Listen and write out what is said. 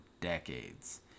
decades